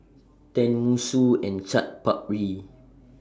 Tenmusu and Chaat Papri